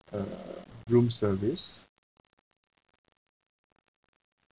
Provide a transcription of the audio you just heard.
uh room service